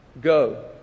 Go